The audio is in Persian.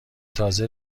تازه